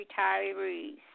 retirees